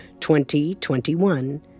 2021